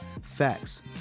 facts